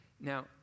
Now